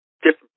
different